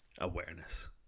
Awareness